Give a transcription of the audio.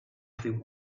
riu